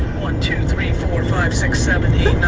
one, two, three, four, five, six, seven,